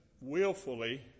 willfully